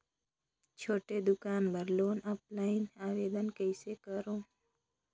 छोटे दुकान बर लोन ऑफलाइन आवेदन कइसे करो?